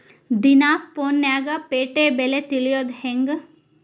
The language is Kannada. ದಿನಾ ಫೋನ್ಯಾಗ್ ಪೇಟೆ ಬೆಲೆ ತಿಳಿಯೋದ್ ಹೆಂಗ್?